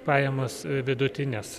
pajamos vidutinės